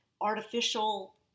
artificial